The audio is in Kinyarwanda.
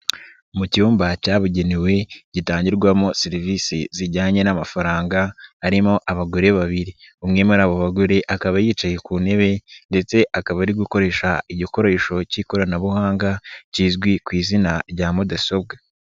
Mu cyumba cyabugenewe gitangirwamo serivisi zijyanye n'amafaranga harimo abagore babiri, umwe muri abo bagore akaba yicaye ku ntebe ndetse akaba ari gukoresha igikoresho k'ikoranabuhanga kizwi ku izina rya mudasobwa.